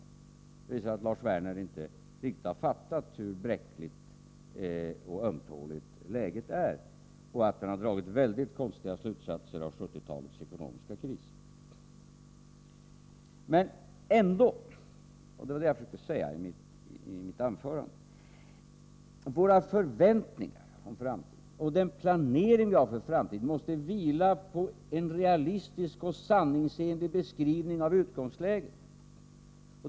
Det visar att Lars Werner inte riktigt har fattat hur bräckligt och ömtåligt läget är, och att han har dragit mycket konstiga slutsatser av 1970-talets ekonomiska kris. Men — och det försökte jag säga i mitt anförande — våra förväntningar och den planering vi har för framtiden måste vila på en realistisk och sanningsenlig beskrivning av utgångsläget.